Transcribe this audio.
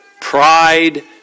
pride